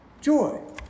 Joy